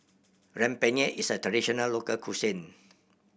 rempeyek is a traditional local cuisine